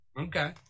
Okay